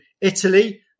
Italy